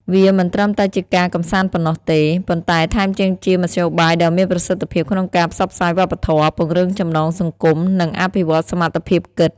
វាមិនត្រឹមតែជាការកម្សាន្តប៉ុណ្ណោះទេ ប៉ុន្តែថែមទាំងជាមធ្យោបាយដ៏មានប្រសិទ្ធភាពក្នុងការផ្សព្វផ្សាយវប្បធម៌ ពង្រឹងចំណងសង្គម និងអភិវឌ្ឍសមត្ថភាពគិត។